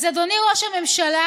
אז אדוני ראש הממשלה,